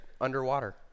underwater